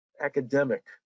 academic